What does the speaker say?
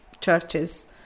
churches